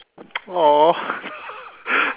!aww!